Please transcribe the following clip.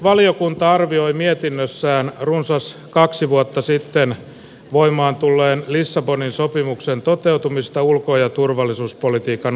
valiokunta arvioi mietinnössään runsas kaksi vuotta sitten voimaan tulleen lissabonin sopimuksen toteutumista ulko ja turvallisuuspolitiikan osalta